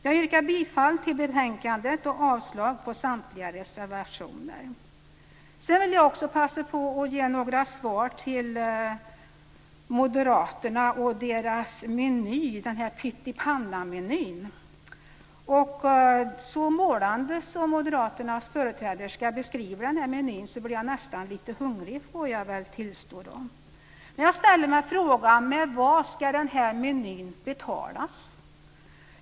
Jag yrkar bifall till utskottets hemställan i betänkandet och avslag på samtliga reservationer. Jag vill också passa på att kommentera Moderaterna och deras meny, pyttipannamenyn. Så målande som Moderaternas företräderska beskrev denna meny, blev jag nästan lite hungrig, får jag tillstå. Men jag ställer mig frågan med vad denna meny ska betalas.